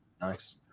Nice